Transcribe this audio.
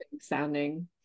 sounding